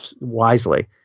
wisely